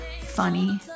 funny